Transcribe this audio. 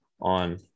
on